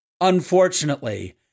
Unfortunately